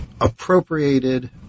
appropriated